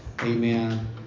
Amen